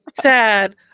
sad